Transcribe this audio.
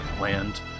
land